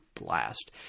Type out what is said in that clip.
blast